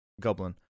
Goblin